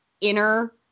inner